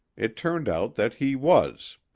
it turned out that he was,